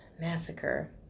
Massacre